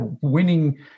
winning